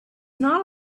not